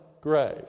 grave